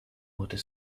water